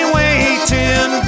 waiting